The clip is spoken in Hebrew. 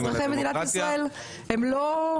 אזרחי מדינת ישראל הם לא,